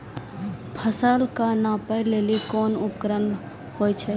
फसल कऽ नापै लेली कोन उपकरण होय छै?